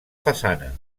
façana